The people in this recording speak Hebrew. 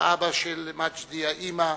האבא והאמא.